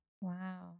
Wow